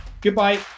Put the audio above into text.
Goodbye